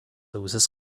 loses